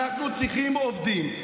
אנחנו צריכים עובדים.